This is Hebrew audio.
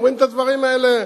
אומרים את הדברים האלה,